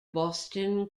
boston